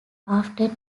after